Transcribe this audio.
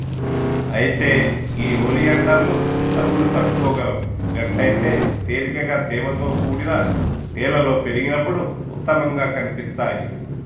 అయితే గే ఒలియాండర్లు కరువును తట్టుకోగలవు గట్లయితే తేలికగా తేమతో కూడిన నేలలో పెరిగినప్పుడు ఉత్తమంగా కనిపిస్తాయి